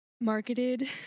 marketed